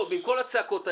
במקום הצעקות האלה,